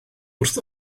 wrth